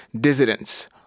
dissidents